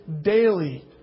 daily